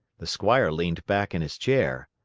the squire leaned back in his chair.